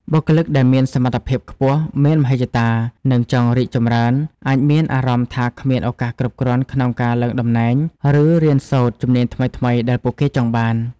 បុគ្គលិកដែលមានសមត្ថភាពខ្ពស់ មានមហិច្ឆតា និងចង់រីកចម្រើន អាចមានអារម្មណ៍ថាគ្មានឱកាសគ្រប់គ្រាន់ក្នុងការឡើងតំណែង ឬរៀនសូត្រជំនាញថ្មីៗដែលពួកគេចង់បាន។